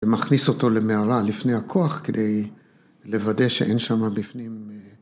‫ומכניס אותו למערה, לפני הכוח, ‫כדי... לוודא שאין שמה בפנים, אה...